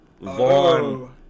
Vaughn